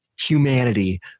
humanity